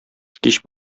кич